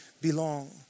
belong